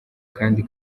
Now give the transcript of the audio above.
kandi